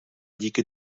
díky